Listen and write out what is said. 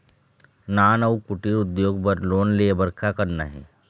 नान अउ कुटीर उद्योग बर लोन ले बर का करना हे?